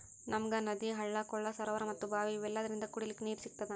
ನಮ್ಗ್ ನದಿ ಹಳ್ಳ ಕೊಳ್ಳ ಸರೋವರಾ ಮತ್ತ್ ಭಾವಿ ಇವೆಲ್ಲದ್ರಿಂದ್ ಕುಡಿಲಿಕ್ಕ್ ನೀರ್ ಸಿಗ್ತದ